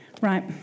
right